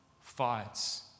fights